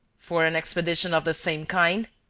for an expedition of the same kind?